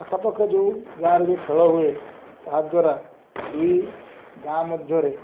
ଆଖାପାଖ ଯେଉଁ ଗାଁରେ ଯେଉଁ ଖେଳ ହୁଏ ତାହାଦ୍ୱାରା ଦୁଇ ଗାଁ ମଧ୍ୟରେ